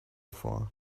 vor